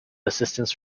assistance